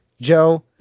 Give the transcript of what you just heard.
Joe